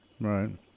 Right